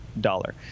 dollar